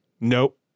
Nope